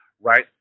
right